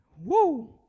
Woo